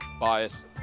bias